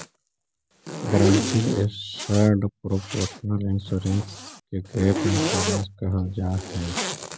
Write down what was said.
guaranteed asset protection insurance के gap insurance कहल जाऽ हई